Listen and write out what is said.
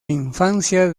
infancia